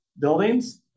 buildings